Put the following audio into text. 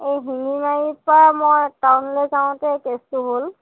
এই শিঙিমাৰী পৰা মই টাউনলৈ যাওঁতে কেচটো হ'ল